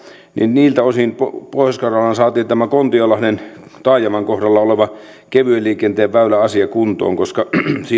niiltä osin pohjois karjalaan saatiin tämä kontiolahden taajaman kohdalla oleva kevyen liikenteen väyläasia kuntoon koska